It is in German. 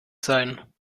sein